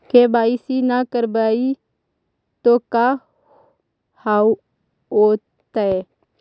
KYC न करवाई तो का हाओतै?